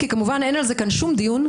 כי כמובן אין על זה שום דיון,